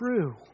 true